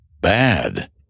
bad